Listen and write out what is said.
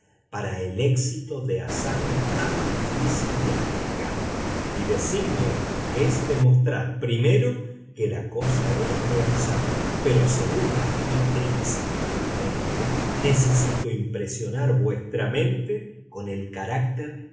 para el éxito de hazaña tan difícil y arriesgada mi designio es demostrar primero que la cosa era realizable pero segunda y principalmente necesito impresionar vuestra mente con el carácter